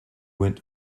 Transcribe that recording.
went